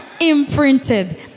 Imprinted